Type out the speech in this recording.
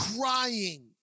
crying